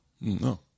no